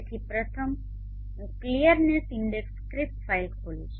તેથી પ્રથમ હું ક્લિયરનેસ ઇન્ડેક્સ સ્ક્રિપ્ટ ફાઇલ ખોલીશ